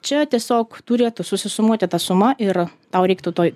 čia tiesiog turėtų susisumuoti ta suma ir tau reiktų toj